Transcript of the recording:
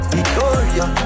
Victoria